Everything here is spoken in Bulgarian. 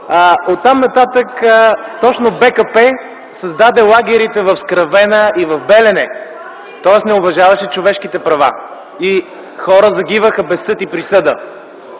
Оттам нататък точно БКП създаде лагерите в Скравена и в Белене, тоест не уважаваше човешките права и хора загиваха без съд и присъда,